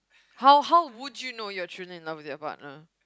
how how would you know you're truly in love with your partner